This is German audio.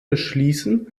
beschließen